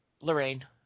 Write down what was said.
Lorraine